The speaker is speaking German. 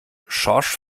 schorsch